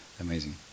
amazing